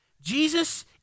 Jesus